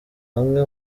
hamwe